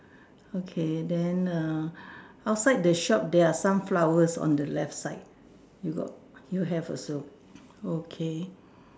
okay then err outside the shops there are some flowers on the left side you got you have also okay